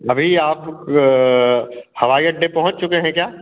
अभी आप हवाई अड्डे पहुँच चुके हैं क्या